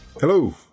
Hello